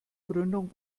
gründung